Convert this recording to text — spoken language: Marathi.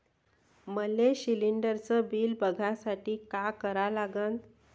मले शिलिंडरचं बिल बघसाठी का करा लागन?